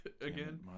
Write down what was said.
again